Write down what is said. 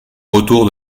retour